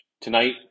Tonight